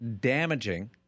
damaging